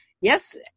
Yes